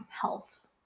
health